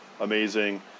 amazing